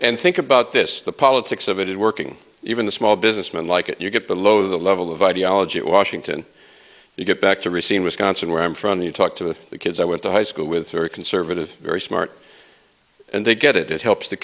and think about this the politics of it working even the small business men like you get below the level of ideology washington you get back to racine wisconsin where i'm from you talk to the kids i went to high school with very conservative very smart and they get it it helps the